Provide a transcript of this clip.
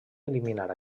eliminar